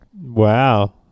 Wow